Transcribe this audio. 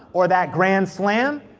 or that grand slam,